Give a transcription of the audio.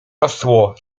rosło